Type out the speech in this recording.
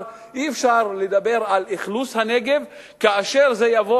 אי-אפשר לדבר על אכלוס הנגב כאשר זה יבוא